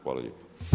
Hvala lijepa.